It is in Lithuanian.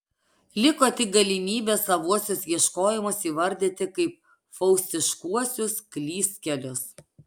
liko tik galimybė savuosius ieškojimus įvardyti kaip faustiškuosius klystkelius